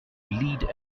lead